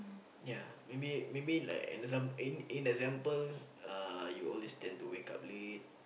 ya maybe maybe like an exam~ an example uh you always tend to wake up late